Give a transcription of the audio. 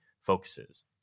focuses